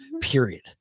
Period